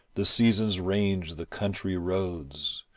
the seasons range the country roads,